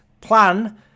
plan